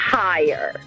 higher